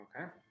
Okay